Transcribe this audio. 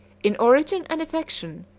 in origin and affection,